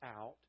out